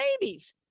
babies